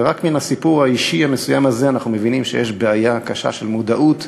ורק מן הסיפור האישי המסוים הזה אנחנו מבינים שיש בעיה קשה של מודעות,